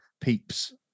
peeps